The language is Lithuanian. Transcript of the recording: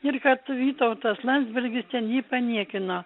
ir kad vytautas landsbergis ten jį paniekino